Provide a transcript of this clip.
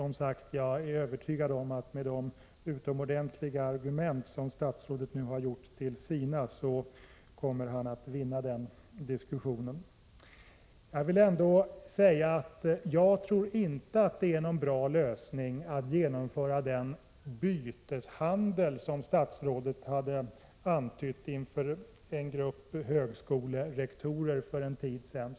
Jag är dock övertygad om att med de utomordentliga argument som statsrådet nu har gjort till sina kommer denne att vinna den diskussionen. Jag vill ändå säga att jag inte tror att det är någon bra lösning att genomföra den byteshandel som statsrådet antytt inför en grupp högskolerektorer för en tid sedan.